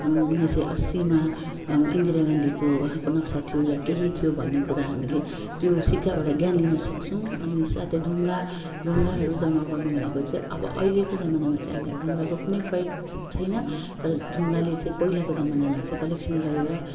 उन्नाइस सय असीमा इन्दिरा गान्धीको उहाँको नक्सा थियो या केही थियो भन्ने कुरा हामीले त्यो सिक्काबाट ज्ञान लिन सक्छौँ अनि साथै ढुङ्गा ढुङ्गाहरू जमा गर्नु भनेको चाहिँ अब अहिलेको जमानामा चाहिँ हामीलाई ढुङ्गाको पनि प्रयोग छ छैन तर ढुङ्गाले चाहिँ पहिलाको जमानामा चाहिँ कलेक्सन गरेर